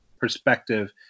perspective